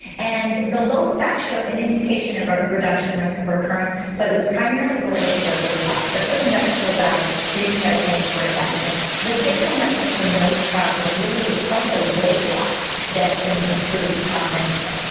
and the low fat showed an indication of a reduction risk of recurrence but it was primarily related to the weight loss. the fruit and vegetable diet didn't show any sort of benefit. so the take home message from those trials was really that it's probably the weight loss that's going to improve prognosis.